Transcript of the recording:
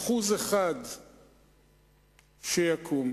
1% שיקום.